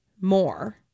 more